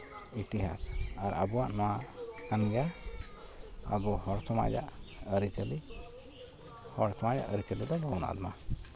ᱤᱛᱤᱦᱟᱥ ᱟᱵᱚᱣᱟᱜ ᱠᱟᱱ ᱜᱮᱭᱟ ᱟᱵᱚ ᱦᱚᱲ ᱥᱚᱢᱟᱡᱽ ᱟᱜ ᱟᱹᱨᱤᱪᱟᱹᱞᱤ ᱦᱚᱲ ᱥᱚᱢᱟᱡᱽ ᱟᱜ ᱟᱹᱨᱤᱼᱪᱟᱹᱞᱤ ᱫᱚ ᱵᱟᱵᱚᱱ ᱟᱫ ᱢᱟ